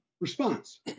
response